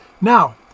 Now